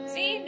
See